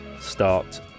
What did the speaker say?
start